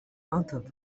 other